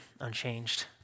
unchanged